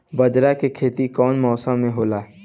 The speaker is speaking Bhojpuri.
बाजरा के खेती कवना मौसम मे होला?